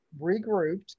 regrouped